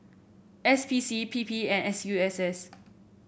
S P C P P and S U S S